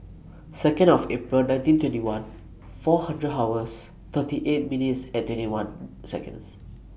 Second of April nineteen twenty one four hundred hours thirty eight minutes and twenty one Seconds